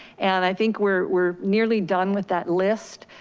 and i think we're we're nearly done with that list.